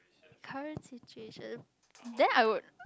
current situation then I would